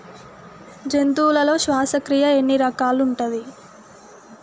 జంతువులలో శ్వాసక్రియ ఎన్ని రకాలు ఉంటది?